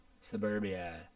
Suburbia